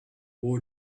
war